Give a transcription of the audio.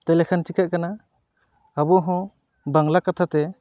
ᱛᱟᱦᱚᱞᱮᱠᱷᱟᱱ ᱪᱤᱠᱟᱹᱜ ᱠᱟᱱᱟ ᱟᱵᱚ ᱦᱚᱸ ᱵᱟᱝᱞᱟ ᱠᱟᱛᱷᱟᱛᱮ